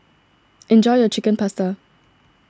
enjoy your Chicken Pasta